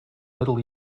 middle